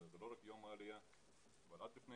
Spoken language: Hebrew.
זה לא רק יום עלייה אלא שבוע עלייה אבל עד לפני